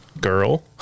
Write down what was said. girl